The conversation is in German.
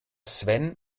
sven